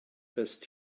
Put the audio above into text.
best